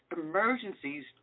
emergencies